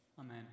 amen